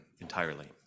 entirely